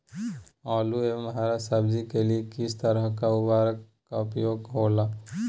आलू एवं हरा सब्जी के लिए किस तरह का उर्वरक का उपयोग होला?